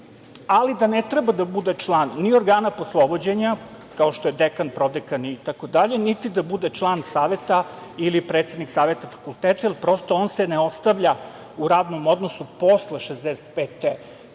ali da ne treba da bude član ni organa poslovođenja, kao što je dekan, prodekan, itd, niti da bude član saveta ili predsednik saveta fakulteta, jer, prosto, on se ne ostavlja u radnom odnosu posle 65. godine